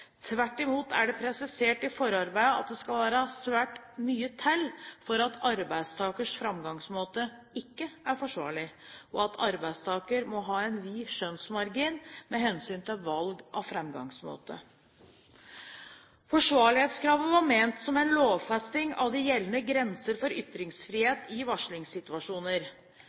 Tvert imot er det presisert i forarbeidene at det skal svært mye til for at arbeidstakers framgangsmåte ikke er forsvarlig, og at arbeidstaker må ha en vid skjønnsmargin med hensyn til valg av framgangsmåte. Forsvarlighetskravet var ment som en lovfesting av de gjeldende grenser for ytringsfrihet i varslingssituasjoner.